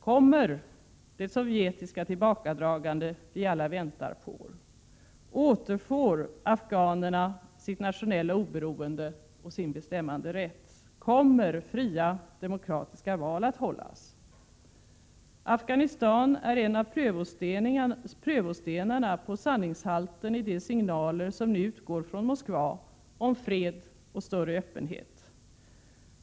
Kommer det sovjetiska tillbakadragande vi alla väntar på? Återfår afghanerna sitt nationella oberoende och sin bestämmanderätt? Kommer fria, demokratiska val att hållas? Afghanistan är en av prövostenarna på sanningshalten i de signaler som nu utgår från Moskva om fred och större öppenhet.